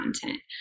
content